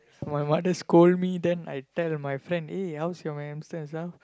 my mother scold me then I tell my friend eh how's your my hamsters ah